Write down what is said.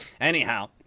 anyhow